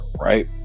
right